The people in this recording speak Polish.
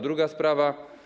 Druga sprawa.